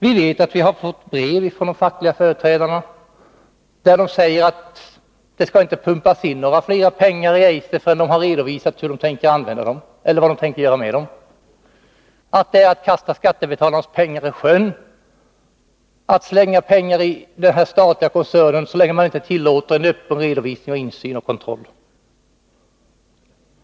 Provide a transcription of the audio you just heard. I brev från de fackliga företrädarna har dessa som bekant sagt att det inte skall pumpas in några ytterligare medel i Eiser förrän man har redovisat hur de skall användas, att det är att kasta skattebetalarnas pengar i sjön att satsa demi denna statliga koncern, så länge man inte lämnar en öppen redovisning och möjliggör insyn och kontroll.